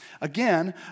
Again